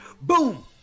Boom